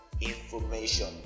information